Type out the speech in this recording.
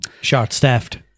Short-staffed